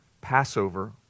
Passover